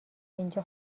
اینجا